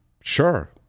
sure